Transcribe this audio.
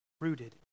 rooted